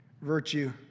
Virtue